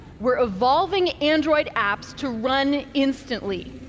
we're evolving android apps to run instantly,